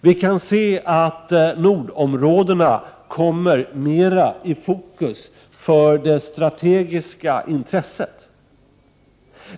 Vi kan se att nordområdena kommer mera i fokus för det strategiska intresset.